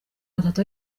batatu